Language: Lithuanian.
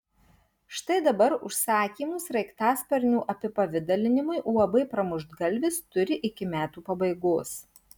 štai dabar užsakymų sraigtasparnių apipavidalinimui uab pramuštgalvis turi iki metų pabaigos